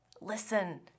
Listen